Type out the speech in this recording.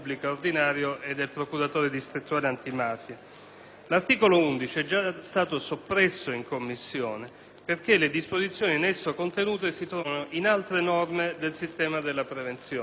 L'articolo 11 è già stato soppresso in Commissione perché le disposizioni in esso contenute si trovano in altre norme del sistema della prevenzione.